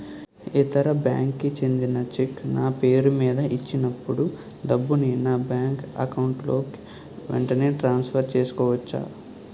ఇతర బ్యాంక్ కి చెందిన చెక్ నా పేరుమీద ఇచ్చినప్పుడు డబ్బుని నా బ్యాంక్ అకౌంట్ లోక్ వెంటనే ట్రాన్సఫర్ చేసుకోవచ్చా?